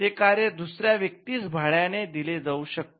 ते कार्य दुसऱ्या व्यक्तीस भाड्याने दिले जाऊ शकते